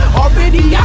already